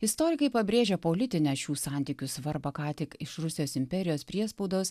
istorikai pabrėžia politinę šių santykių svarbą ką tik iš rusijos imperijos priespaudos